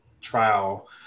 trial